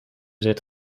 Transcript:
zit